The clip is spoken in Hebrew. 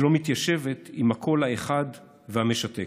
שלא מתיישבת עם הקול האחד והמשתק.